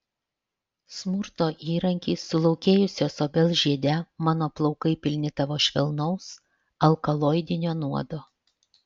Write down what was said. smurto įranki sulaukėjusios obels žiede mano plaukai pilni tavo švelnaus alkaloidinio nuodo